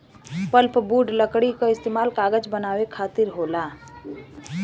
pulpwood लकड़ी क इस्तेमाल कागज बनावे खातिर होला